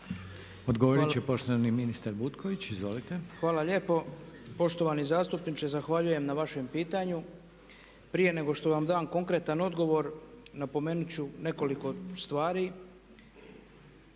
Odgovoriti će poštovani ministar Butković. Izvolite. **Butković, Oleg (HDZ)** Hvala lijepo. Poštovani zastupniče, zahvaljujem na vašem pitanju. Prije nego što vam dam konkretan odgovor, napomenuti ću nekoliko stvari.